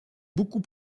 beaucoup